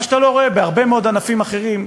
מה שאתה לא רואה בהרבה מאוד ענפים אחרים.